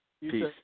Peace